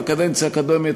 בקדנציה הקודמת,